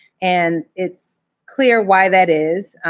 and it's clear why that is.